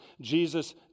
Jesus